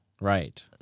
right